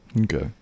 Okay